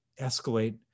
escalate